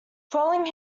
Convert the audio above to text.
following